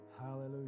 Hallelujah